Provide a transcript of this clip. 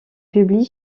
publie